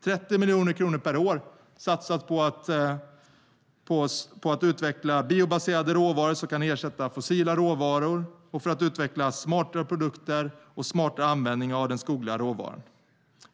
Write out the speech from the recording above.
30 miljoner kronor per år satsas på att utveckla biobaserade råvaror som kan ersätta fossila råvaror och för att utveckla smartare produkter och smartare användning av den skogliga råvaran.